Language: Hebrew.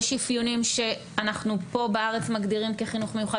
יש אפיונים שפה בארץ אנחנו מגדירים כחינוך מיוחד